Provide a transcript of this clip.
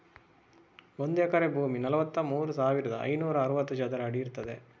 ಒಂದು ಎಕರೆ ಭೂಮಿ ನಲವತ್ತಮೂರು ಸಾವಿರದ ಐನೂರ ಅರವತ್ತು ಚದರ ಅಡಿ ಇರ್ತದೆ